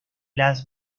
las